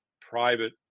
private